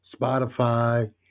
Spotify